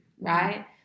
right